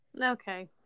Okay